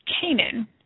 Canaan